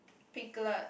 piglet